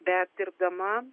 bet dirbdama